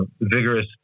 vigorous